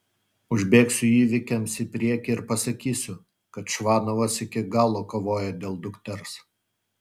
užbėgsiu įvykiams į priekį ir pasakysiu kad čvanovas iki galo kovojo dėl dukters